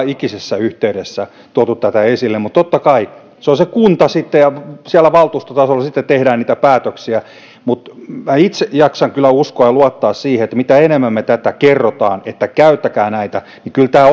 ikisessä yhteydessä on tuotu tätä esille mutta totta kai se kunta sitten päättää ja siellä valtuustotasolla sitten tehdään niitä päätöksiä mutta minä itse jaksan kyllä uskoa ja luottaa siihen että mitä enemmän me tätä kerromme että käyttäkää näitä sitä enemmän kyllä myös tämä